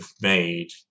made